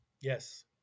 Yes